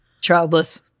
Childless